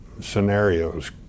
scenarios